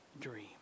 dream